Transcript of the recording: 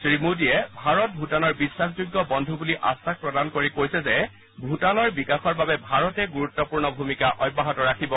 শ্ৰীমোদীয়ে ভাৰত ভুটানৰ বিশ্বাসযোগ্য বন্ধু বুলি আশ্বাস প্ৰদান কৰি কৈছে যে ভুটানৰ বিকাশৰ বাবে ভাৰতে গুৰুত্বপূৰ্ণ ভূমিকা অব্যাহত ৰাখিব